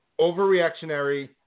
Overreactionary